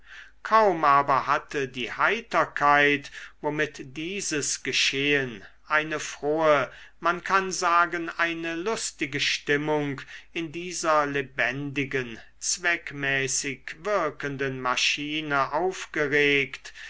kaum aber hatte die heiterkeit womit dieses geschehen eine frohe man kann sagen eine lustige stimmung in dieser lebendigen zweckmäßig wirkenden maschine aufgeregt